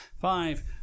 five